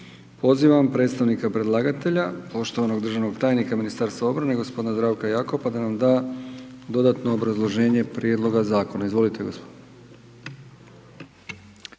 Pozivam predstavnika predlagatelja poštovanog državnog tajnika Ministarstva obrane gospodina Zdravka Jakopa da nam da dodatno obrazloženje prijedloga zakona. Izvolite gospodine.